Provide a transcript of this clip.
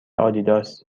آدیداس